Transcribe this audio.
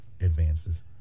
advances